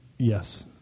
Yes